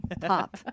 Pop